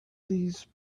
these